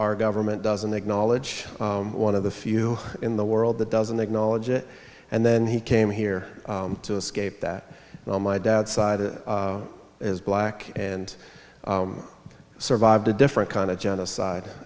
our government doesn't acknowledge one of the few in the world that doesn't acknowledge it and then he came here to escape that well my dad's side is black and survived a different kind of genocide